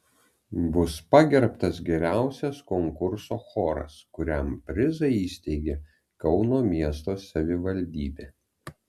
bus pagerbtas geriausias konkurso choras kuriam prizą įsteigė kauno miesto savivaldybė